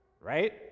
right